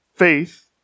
faith